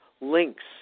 links